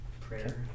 Prayer